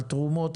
על תרומות,